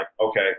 okay